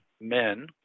men